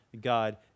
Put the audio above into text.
God